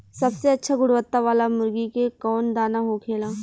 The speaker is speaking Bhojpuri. सबसे अच्छा गुणवत्ता वाला मुर्गी के कौन दाना होखेला?